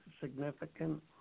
significant